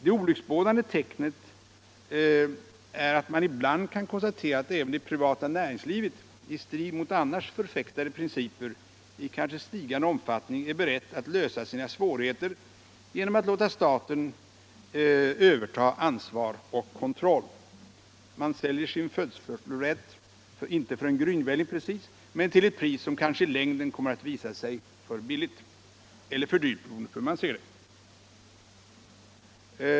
Det olycksbådande tecknet är att man ibland kan konstatera att även det privata näringslivet, i strid mot annars förfäktade principer, i kanske stigande omfattning är berett att lösa sina svårigheter genom att låta staten överta ansvar och kontroll. Man säljer sin förstfödslorätt inte för en grynvälling precis men till ett pris som kanske i längden kommer att visa sig för billigt — eller för dyrt, det beror på hur man ser det.